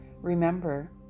Remember